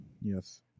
yes